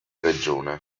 regione